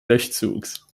löschzugs